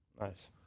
Nice